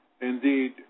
indeed